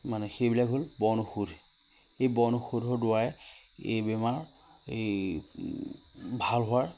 মানে সেইবিলাক হ'ল বন ঔষধ এই বন ঔষধৰ দ্বাৰাই এই বেমাৰ এই ভাল হোৱাৰ